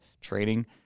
training